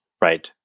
right